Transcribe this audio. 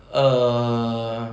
err